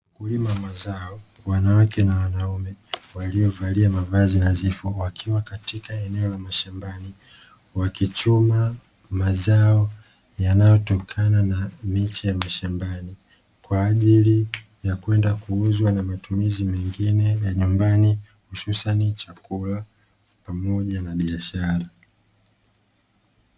Mkulima wa mazao, wanawake na wanaume waliovalia mavazi nadhifu, wakiwa katika eneo la mashambani, wakichuma mazao yanayotokana na miche ya mashambani kwa ajili ya kwenda kuuzwa na matumizi mengine ya nyumbani, hususani chakula pamoja na biashara.